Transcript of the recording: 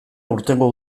aurtengo